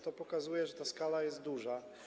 To pokazuje, że ta skala jest duża.